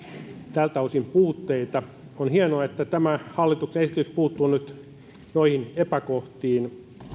tältä osin puutteita on hienoa että tämä hallituksen esitys puuttuu nyt noihin epäkohtiin